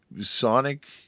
sonic